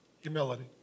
Humility